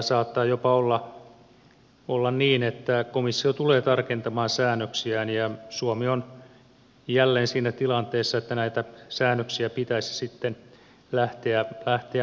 saattaa jopa olla niin että komissio tulee tarkentamaan säännöksiään ja suomi on jälleen siinä tilanteessa että näitä säännöksiä pitäisi sitten lähteä muuttamaan